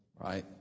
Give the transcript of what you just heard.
right